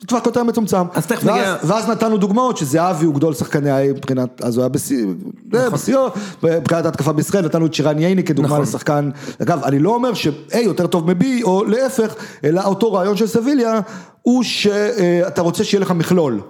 כבר כותב מצומצם, ואז נתנו דוגמאות שזה אבי הוא גדול שחקניי בבחינת התקפה בישראל נתנו את שירן ייני כדוגמה לשחקן אגב אני לא אומר שאי יותר טוב מבי או להיפך אלא אותו רעיון של סביליה הוא שאתה רוצה שיהיה לך מכלול